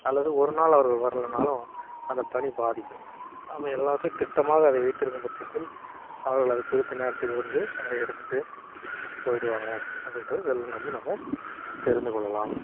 அல்லது ஒரு நாள் அவர்கள் வரலைனாலும் அந்த பணி பாதிக்கும் நாம எல்லாத்தையும் திட்டமாக அதை வைத்திருக்கும் பட்சத்தில் அவர்கள் அது குறித்த நேரத்துக்கு வந்து அதை எடுத்துகிட்டு போயிடுவாங்க அப்படின்றது இதெல்லாம் நம்ம நம்ம தெரிந்துக்கொள்ளலாம்